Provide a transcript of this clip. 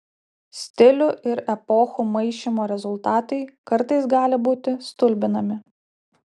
stilių ir epochų maišymo rezultatai kartais gali būti stulbinami